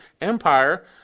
empire